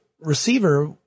receiver